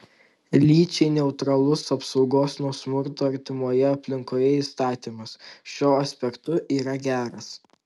lyčiai neutralus apsaugos nuo smurto artimoje aplinkoje įstatymas šiuo aspektu yra geras